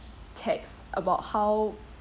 texts about how